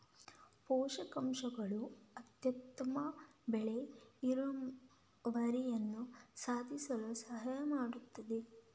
ಪೋಷಕಾಂಶಗಳು ಅತ್ಯುತ್ತಮ ಬೆಳೆ ಇಳುವರಿಯನ್ನು ಸಾಧಿಸಲು ಸಹಾಯ ಮಾಡುತ್ತದೆ